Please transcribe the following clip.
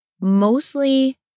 Mostly